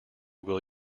will